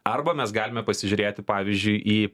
arba mes galime pasižiūrėti pavyzdžiui į